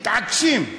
מתעקשים,